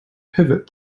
pivot